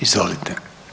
Izvolite.